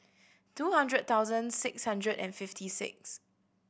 two hundred thousand six hundred and fifty six